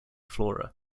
flora